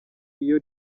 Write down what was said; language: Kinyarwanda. iyo